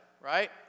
right